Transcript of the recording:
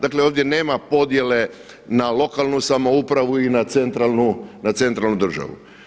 Dakle, ovdje nema podjele na lokalnu samoupravu i na centralnu državu.